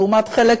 לעומת חלק,